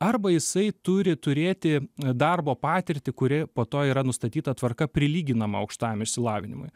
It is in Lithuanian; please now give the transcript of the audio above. arba jisai turi turėti darbo patirtį kuri po to yra nustatyta tvarka prilyginama aukštajam išsilavinimui